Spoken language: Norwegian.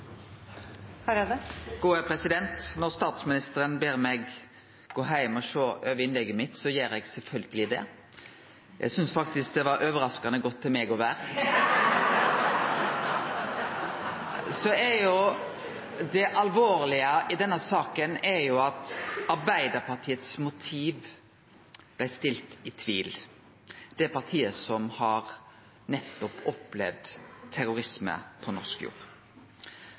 Når statsministeren ber meg gå heim og sjå over innlegget mitt, gjer eg sjølvsagt det. Eg synest faktisk det var overraskande godt til meg å vere. Det alvorlege i denne saka er at Arbeidarpartiets motiv blei stilt i tvil, det partiet som har opplevd nettopp terrorisme på norsk jord.